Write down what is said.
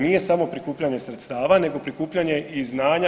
Nije samo prikupljanje sredstava, nego prikupljanje i znanja.